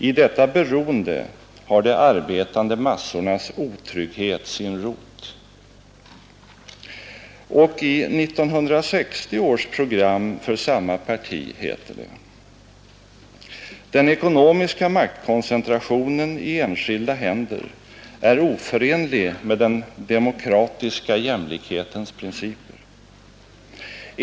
I detta beroende har de arbetande massornas otrygghet sin rot.” Och i 1960 års program för samma parti heter det: ”Den ekonomiska maktkoncentrationen i enskilda händer är oförenlig med den demokratiska jämlikhetens principer.